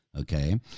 okay